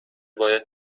باید